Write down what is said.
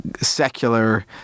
secular